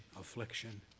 affliction